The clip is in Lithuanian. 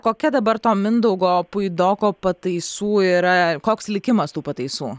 kokia dabar to mindaugo puidoko pataisų yra koks likimas tų pataisų